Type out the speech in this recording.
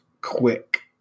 quick